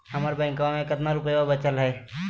हमर बैंकवा में कितना रूपयवा बचल हई?